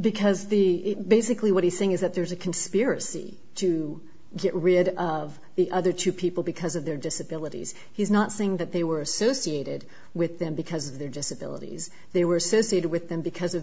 because the basically what he's saying is that there's a conspiracy to get rid of the other two people because of their disabilities he's not saying that they were associated with them because of their disabilities they were associated with them because of